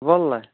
وللہ